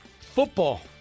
football